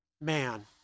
man